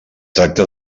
tracta